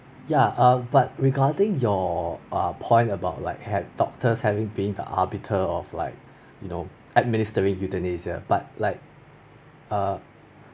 ya err but regarding your err point about like had doctors having been the arbiter of like you know administering euthanasia but like err